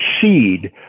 seed